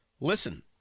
Listen